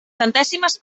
centèsimes